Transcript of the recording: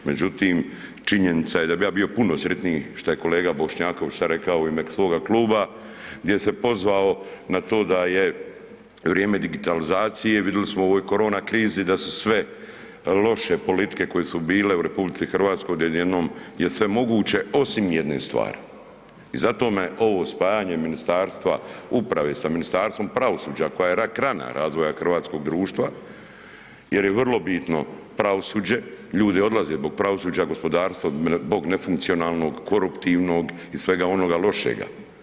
Međutim, činjenica je da bi ja bio puno sretniji što je kolega Bošnjaković sada rekao u ime svoga kluba gdje se pozvao na to da je vrijeme digitalizacije, vidjeli smo u ovoj korona krizi da su sve loše politike koje su bile u RH, da je odjednom sve moguće, osim jedne stvari i zato me ovo spajanje Ministarstva uprave sa Ministarstvom pravosuđa, koja je rak rana razvoja hrvatskog društva jer je vrlo bitno pravosuđe, ljudi odlaze zbog pravosuđa, gospodarstva, zbog nefunkcionalnog, koruptivnog i svega onoga lošega.